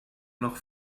noch